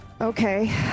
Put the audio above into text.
Okay